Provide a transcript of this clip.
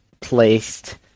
placed